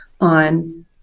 on